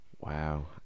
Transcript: Wow